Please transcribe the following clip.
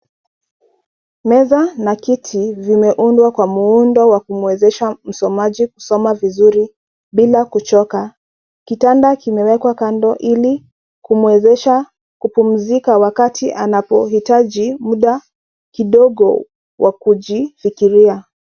Meza na kiti vimeundwa kwa muundo wa kumwezesha msomaji kusoma vizuri bila kuchoka. Kitanda kimewekwa kando ili kumwezesha kupumzika wakati anapohitaji muda kidogo wa kujifikiria.